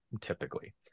typically